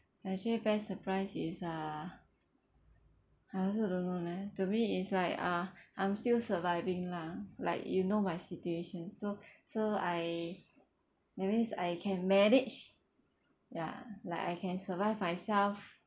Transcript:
actually best surprise is uh I also don't know leh to me it's like uh I'm still surviving lah like you know my situation so so I that means I can manage ya like I can survive myself